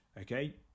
Okay